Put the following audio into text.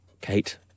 Kate